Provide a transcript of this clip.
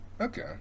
Okay